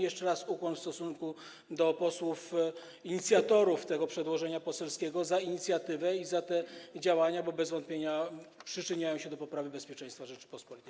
Jeszcze raz - ukłon w stosunku do posłów inicjatorów tego przedłożenia poselskiego za inicjatywę i za te działania, bo bez wątpienia przyczyniają się do poprawy bezpieczeństwa Rzeczypospolitej.